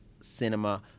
cinema